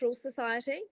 society